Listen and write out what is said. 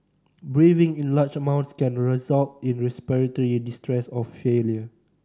breathing in large amounts can result in respiratory distress or failure